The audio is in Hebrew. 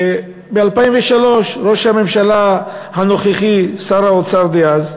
שב-2003 ראש הממשלה הנוכחי, שר האוצר דאז,